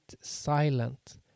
silent